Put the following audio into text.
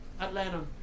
Atlanta